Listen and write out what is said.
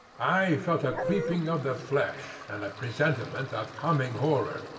i felt a creeping of the flesh, and a presentiment of coming horror,